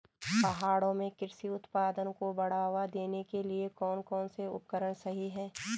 पहाड़ों में कृषि उत्पादन को बढ़ावा देने के लिए कौन कौन से उपकरण सही हैं?